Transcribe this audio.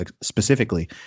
specifically